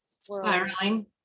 spiraling